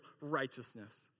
righteousness